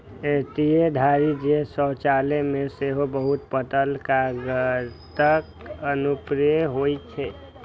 एतय धरि जे शौचालय मे सेहो बहुत पातर कागतक अनुप्रयोग होइ छै